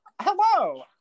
Hello